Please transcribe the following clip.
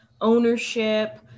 ownership